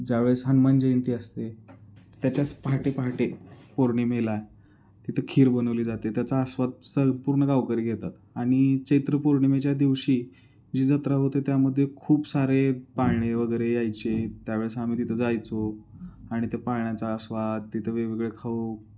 ज्यावेळेस हनुमान जयंती असते त्याच्याच पहाटे पहाटे पौर्णिमेला तिथं खीर बनवली जाते त्याचा आस्वाद स पूर्ण गावकरी घेतात आणि चैत्र पौर्णिमेच्या दिवशी जी जत्रा होते त्यामध्ये खूप सारे पाळणे वगैरे यायचे त्यावेळेस आम्ही तिथं जायचो आणि त्या पाळण्याचा आस्वाद तिथं वेगवेगळे खाऊ